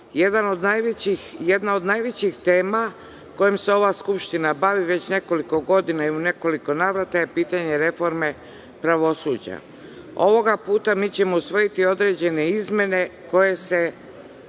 jedna od najvećih tema kojom se ova Skupština bavi već nekoliko godina, i u nekoliko navrata je pitanje reforme pravosuđa. Ovoga puta mi ćemo usvojiti određene izmene koje za